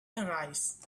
arise